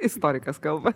istorikas kalba